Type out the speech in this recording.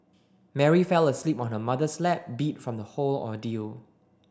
Mary fell asleep on her mother's lap beat from the whole ordeal